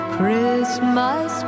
Christmas